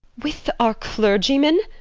with our clergyman?